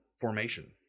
formation